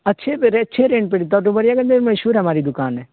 اچھے اچھے رینٹ پہ دیتا ہے ڈومریا گنج میں مشہور ہماری دکان ہے